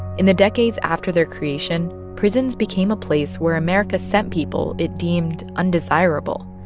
in the decades after their creation, prisons became a place where america sent people it deemed undesirable.